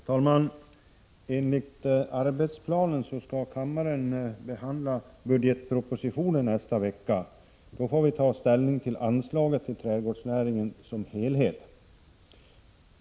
Herr talman! Enligt arbetsplanen skall kammaren behandla budgetpropositionen nästa vecka. Då får vi ta ställning till anslaget till trädgårdsnäringen som helhet.